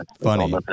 funny